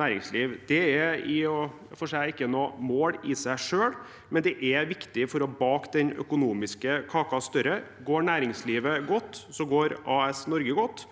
næringslivet vårt. Det er i og for seg ikke noe mål i seg selv, men det er viktig for å bake den økonomiske kaken større. Går næringslivet godt, går AS Norge godt,